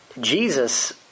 Jesus